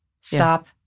stop